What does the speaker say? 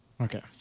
Okay